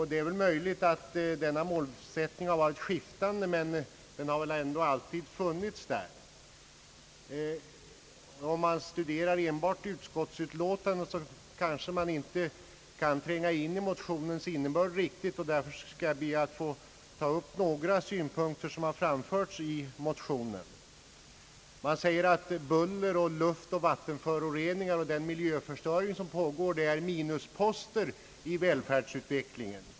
Det är möjligt att denna målsättning har varit skiftande, men den har väl ändå alltid funnits. Om man enbart studerar utskottsutlåtandet, kan man kanske inte tränga riktigt in i motionens innebörd. Därför skall jag be att få ta upp några synpunkter som har framförts i motionen. Man säger att buller, luftoch vattenföroreningar och den miljöförstöring som pågår är minusposter i välfärdsutvecklingen.